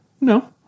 No